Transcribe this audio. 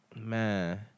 man